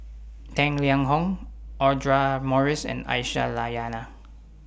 Tang Liang Hong Audra Morrice and Aisyah Lyana